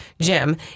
Jim